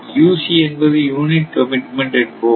UC என்பது unit commitment என்போம்